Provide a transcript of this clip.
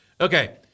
Okay